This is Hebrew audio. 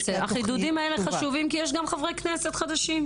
החידודים האלה חשובים כי יש גם חברי כנסת חדשים.